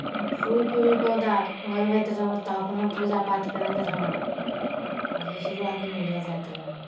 फूलके भी पौधा लगबैत रहौँ तऽ अपनहु पूजा पाठ करैत रहौँ आओर दोसरो आदमी लऽ जाइत रहै